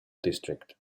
district